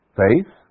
faith